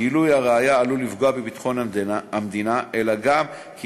גילוי הראיה עלול לפגוע בביטחון המדינה אלא גם כי